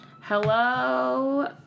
Hello